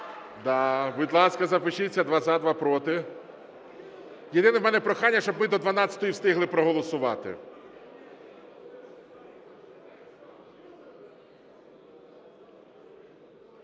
Да. Будь ласка, запишіться: два – за, два – проти. Єдине в мене прохання, щоб ми до 12-ї встигли проголосувати.